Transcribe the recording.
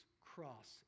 cross